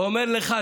הוא אומר לך: